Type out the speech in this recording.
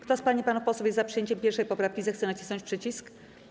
Kto z pań i panów posłów jest za przyjęciem 1. poprawki, zechce nacisnąć przycisk.